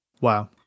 Wow